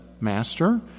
master